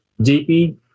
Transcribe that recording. JP